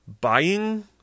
buying